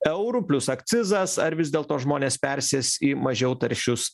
eurų plius akcizas ar vis dėlto žmonės persės į mažiau taršius